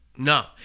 No